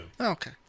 okay